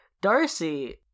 darcy